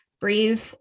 breathe